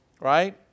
right